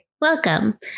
welcome